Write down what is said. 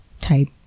type